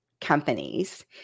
companies